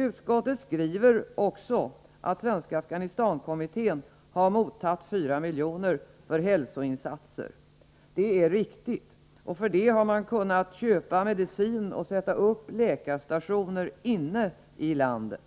Utskottet skriver att Svenska afghanistankommittén har mottagit 4 miljoner för hälsoinsatser. Det är riktigt. För de pengarna har kommittén kunnat köpa medicin och sätta upp läkarstationer inne i landet.